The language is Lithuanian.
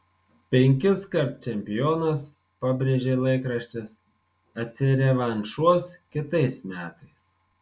penkiskart čempionas pabrėžė laikraštis atsirevanšuos kitais metais